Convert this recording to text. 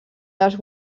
dels